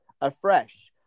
afresh